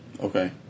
Okay